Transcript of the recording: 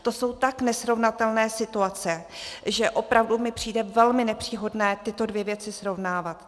To jsou tak nesrovnatelné situace, že opravdu mi přijde velmi nepříhodné tyto dvě věci srovnávat.